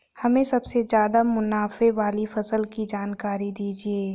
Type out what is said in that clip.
हमें सबसे ज़्यादा मुनाफे वाली फसल की जानकारी दीजिए